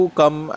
come